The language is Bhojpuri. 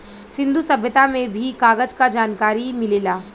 सिंन्धु सभ्यता में भी कागज क जनकारी मिलेला